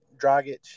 Dragic